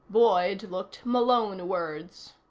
boyd looked malonewards.